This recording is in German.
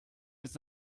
ist